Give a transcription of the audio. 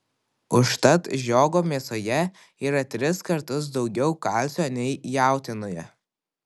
užtat žiogo mėsoje yra tris kartus daugiau kalcio nei jautienoje